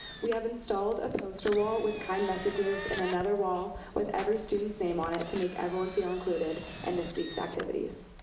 we have installed a poster wall with kind messages and another wall with every student's name on it to make everyone feel included in and this week's activities.